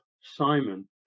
Simon